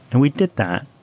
and we did that.